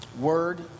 word